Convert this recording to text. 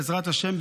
בעזרת השם,